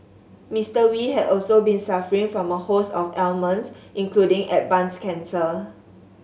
Mister Wee had also been suffering from a host of ailments including advanced cancer